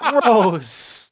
gross